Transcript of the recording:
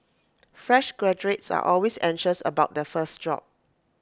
fresh graduates are always anxious about their first job